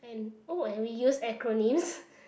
and oh and we use acronyms